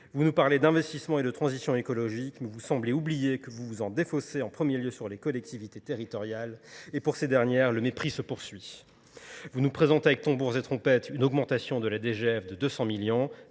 Vous nous parlez d'investissement et de transition écologique, mais vous semblez oublier que vous vous en défossez en premier lieu sur les collectivités territoriales, et pour ces dernières, le mépris se poursuit. Vous nous présentez avec tombours et trompettes une augmentation de la DGF de 200 millions,